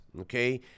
okay